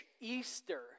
Easter